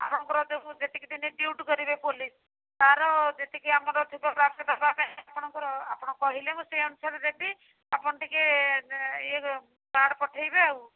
ଆପଣଙ୍କର ଯେଉଁ ଯେତିକି ଦିନ ଡ୍ୟୁଟି କରିବେ ପୋଲିସ୍ ତା'ର ଯେତିକି ଆମର ଥିବ ମାସେ ଦେଢ଼ ମାସ ଆପଣଙ୍କର ଆପଣ କହିଲେ ମୁଁ ସେହି ଅନୁସାରେ ଦେବି ଆପଣ ଟିକିଏ କାହାକୁ ପଠାଇବେ ଆଉ